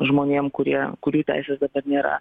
žmonėm kurie kurių teisės dabar nėra